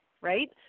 right